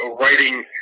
writing